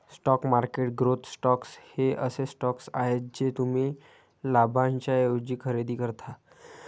stock market growth stocks हे असे stocks आहेत जे तुम्ही लाभांशाऐवजी खरेदी करता